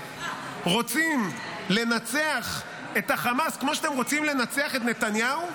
רוצים לנצח את חמאס כמו שאתם רוצים לנצח את נתניהו,